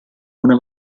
una